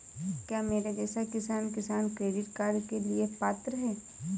क्या मेरे जैसा किसान किसान क्रेडिट कार्ड के लिए पात्र है?